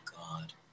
God